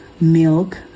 milk